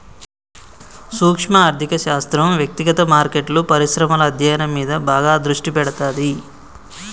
సూక్శ్మ ఆర్థిక శాస్త్రం వ్యక్తిగత మార్కెట్లు, పరిశ్రమల అధ్యయనం మీద బాగా దృష్టి పెడతాది